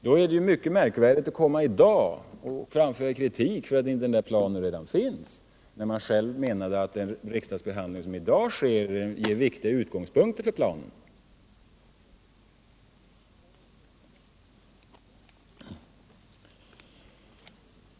Då är det underligt att man i dag framför kritik för att planen inte redan finns — man menade ju själv att den riksdagsbehandling som i dag sker ger viktiga utgångspunkter för planen.